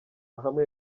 hamwe